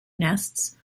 nests